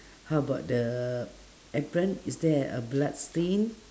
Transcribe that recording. how about the apron is there a blood stain